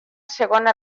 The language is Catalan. segona